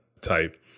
type